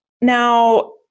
now